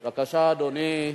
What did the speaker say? בבקשה, אדוני,